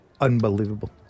Unbelievable